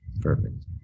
Perfect